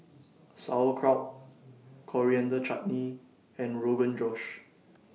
Sauerkraut Coriander Chutney and Rogan Josh